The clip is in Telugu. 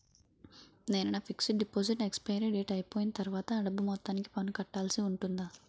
నా ఫిక్సడ్ డెపోసిట్ ఎక్సపైరి డేట్ అయిపోయిన తర్వాత అ డబ్బు మొత్తానికి పన్ను కట్టాల్సి ఉంటుందా?